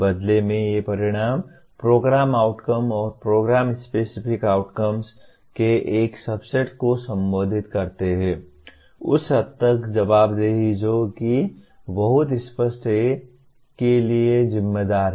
बदले में ये परिणाम प्रोग्राम आउटकम और प्रोग्राम स्पेसिफिक आउटकम के एक सबसेट को संबोधित करते हैं उस हद तक जवाबदेही जो कि बहुत स्पष्ट है के लिए जिम्मेदार है